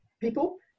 people